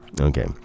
okay